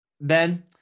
Ben